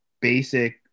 basic